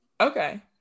okay